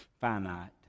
finite